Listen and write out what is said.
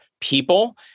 people